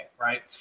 right